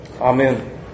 Amen